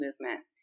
movement